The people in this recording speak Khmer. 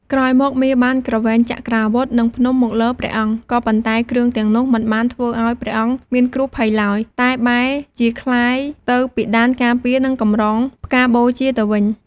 ក្រោយមកមារបានគ្រវែងចក្រាវុធ និងភ្នំមកលើព្រះអង្គ ក៏ប៉ុន្តែគ្រឿងទាំងនោះមិនបានធ្វើអោយព្រអង្គមានគ្រោះភ័យឡើយ តែបែរជាក្លាយទៅពិដានការពារ និងកម្រងផ្កាបូជាទៅវិញ។